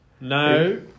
No